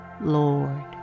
Lord